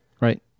right